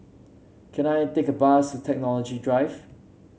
can I take a bus to Technology Drive